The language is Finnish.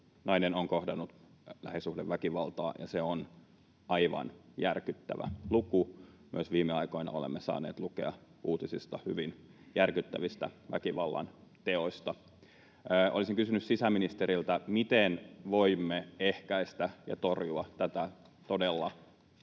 nainen on kohdannut lähisuhdeväkivaltaa, ja se on aivan järkyttävä luku. Myös viime aikoina olemme saaneet lukea uutisista hyvin järkyttävistä väkivallanteoista. Olisin kysynyt sisäministeriltä, miten voimme ehkäistä ja torjua tätä todella